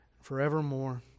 forevermore